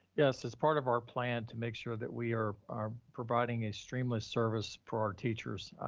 yes. as part of our plan to make sure that we are, are providing a streamless service for our teachers.